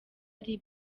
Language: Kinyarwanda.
ari